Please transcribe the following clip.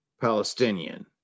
palestinian